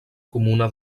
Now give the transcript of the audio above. comuna